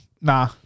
Nah